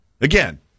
Again